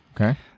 okay